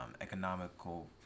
economical